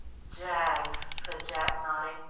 jaggs, said jack, nodding,